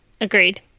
Agreed